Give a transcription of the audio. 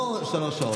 לא שלוש שעות.